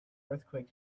earthquake